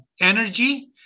energy